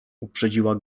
uprzedziła